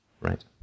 right